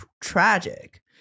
tragic